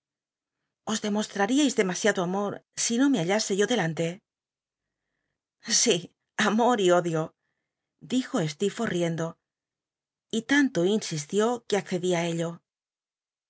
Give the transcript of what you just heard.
demostraríais demasiado amor si no me hallase yo delante sí amor y odio dij o sleerforth riendo y tan lo insistió que accedí í ello